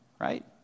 right